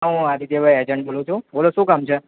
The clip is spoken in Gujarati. હું આદિત્યભાઈ એજન્ટ બોલું છું બોલો શું કામ છે